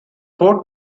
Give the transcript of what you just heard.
port